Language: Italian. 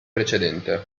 precedente